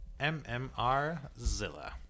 mmrzilla